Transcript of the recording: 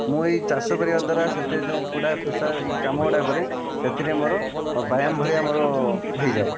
ମୁଁ ଏଇ ଚାଷ କରିବା ଦ୍ଵାରା ସେଥିରେ ଯେଉଁ କୁଡ଼ା ଖୁସା ଏଇ କାମ ଗୁଡ଼ା କରେ ସେଥିରେ ମୋର ବ୍ୟାୟାମ ଭଳିଆ ମୋର ହୋଇଯାଏ